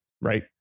right